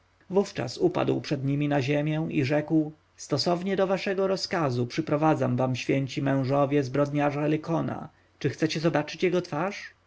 wówczas upadł przed nimi na ziemię i rzekł stosownie do waszego rozkazu przyprowadzam wam święci mężowie zbrodniarza lykona czy chcecie zobaczyć jego twarz